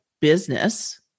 business